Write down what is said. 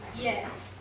Yes